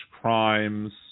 crimes